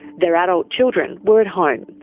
their adult children were at home.